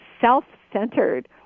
self-centered